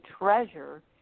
Treasure